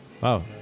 Wow